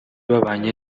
babanye